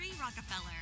Rockefeller